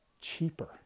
cheaper